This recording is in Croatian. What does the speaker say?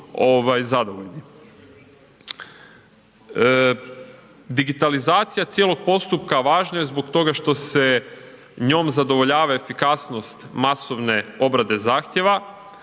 Digitalizacija cijelog postupka važno je zbog toga što se njom zadovoljava efikasnost masovne obrade zahtjeva.